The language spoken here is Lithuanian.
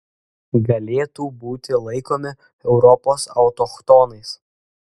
galėtų būti laikomi europos autochtonais